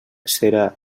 serà